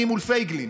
אני מול פייגלין,